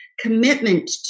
commitment